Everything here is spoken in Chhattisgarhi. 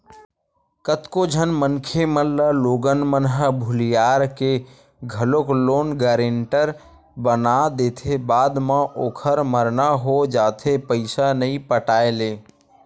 कतको झन मनखे मन ल लोगन मन ह भुलियार के घलोक लोन गारेंटर बना देथे बाद म ओखर मरना हो जाथे पइसा नइ पटाय ले